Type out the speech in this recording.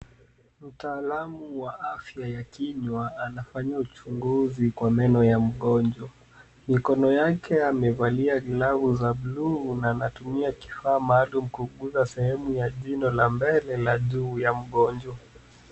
Mtaalamu wa afya ya kinywa anafanya uchunguzi kwa meno ya mgonjwa. Mikono yake amevalia glavu za buluu na anatumia kifaa maalum kuguza sehemu ya jino la mbele la juu ya mgonjwa.